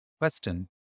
Question